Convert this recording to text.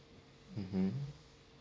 mmhmm